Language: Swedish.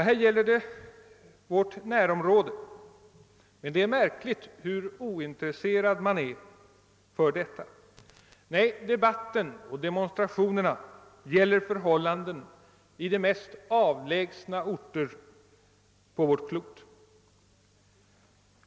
Här gäller det vårt närområde, men det är märkligt hur ointresserad man är för denna fråga. Debatten och demonstrationerna rör sig i stället kring förhållanden i de mest avlägsna orter på vårt klot.